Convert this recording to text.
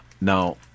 Now